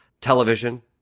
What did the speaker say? television